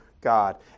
God